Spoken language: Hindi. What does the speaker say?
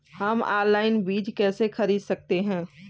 हम ऑनलाइन बीज कैसे खरीद सकते हैं?